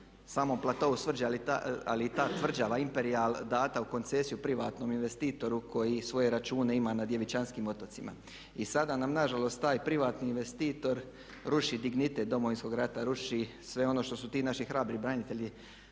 samom platou Srđa ali i ta tvrđava Imperijal dana u koncesiju privatnom investitoru koji svoje račune ima na Djevičanskim otocima. I sada nam nažalost taj privatni investitor ruši dignitet Domovinskog rata, ruši sve ono što su ti naši hrabri branitelji